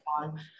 on